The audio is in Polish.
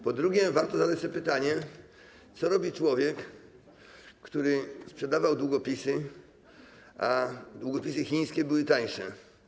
Po drugie, warto zadać sobie pytanie, co robił człowiek, który sprzedawał długopisy, kiedy długopisy chińskie były tańsze.